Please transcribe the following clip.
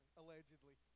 allegedly